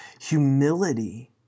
Humility